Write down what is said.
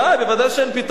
ודאי שאין פתרון.